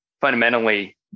fundamentally